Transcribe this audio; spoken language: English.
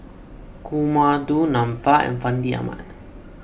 Kumar Du Nanfa and Fandi Ahmad